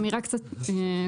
אני אגיד אמירה קצת קודמת.